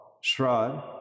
shrad